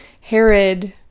Herod